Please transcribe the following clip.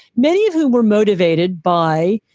many of whom were motivated by,